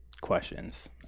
questions